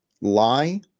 lie